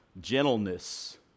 gentleness